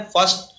First